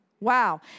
Wow